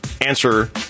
answer